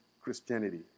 Christianity